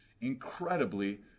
incredibly